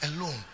alone